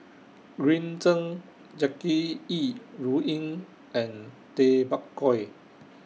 Green Zeng Jackie Yi Ru Ying and Tay Bak Koi